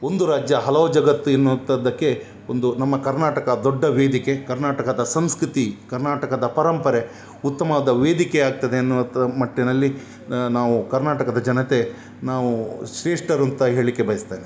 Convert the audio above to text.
ಒಂದು ರಾಜ್ಯ ಹಲವು ಜಗತ್ತು ಎನ್ನುವಂಥದ್ದಕ್ಕೆ ಒಂದು ನಮ್ಮ ಕರ್ನಾಟಕ ದೊಡ್ಡ ವೇದಿಕೆ ಕರ್ನಾಟಕದ ಸಂಸ್ಕೃತಿ ಕರ್ನಾಟಕದ ಪರಂಪರೆ ಉತ್ತಮವಾದ ವೇದಿಕೆ ಆಗ್ತದೆ ಅನ್ನುವಂಥ ಮಟ್ಟಿನಲ್ಲಿ ನಾವು ಕರ್ನಾಟಕದ ಜನತೆ ನಾವು ಶ್ರೇಷ್ಠರು ಅಂತ ಹೇಳಲಿಕ್ಕೆ ಬಯಸ್ತೇನೆ